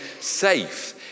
safe